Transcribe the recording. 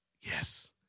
yes